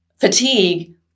fatigue